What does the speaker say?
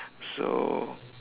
so